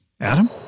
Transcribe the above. Adam